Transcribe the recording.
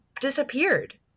disappeared